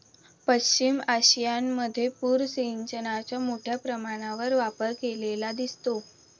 पश्चिम आशियामध्ये पूर सिंचनाचा मोठ्या प्रमाणावर वापर केलेला दिसतो